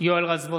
בעד יואל רזבוזוב,